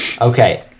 Okay